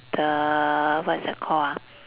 the what is that called ah